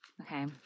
Okay